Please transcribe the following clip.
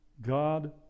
God